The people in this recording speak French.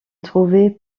trouvait